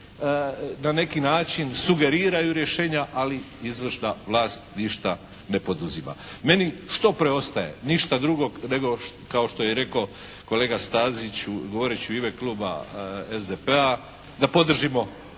na neki način sugeriraju rješenja ali izvršna vlast ništa ne poduzima. Meni, što preostaje, ništa drugo nego kao što je rekao kolega Stazić govoreći u ime Kluba SDP-a da podržimo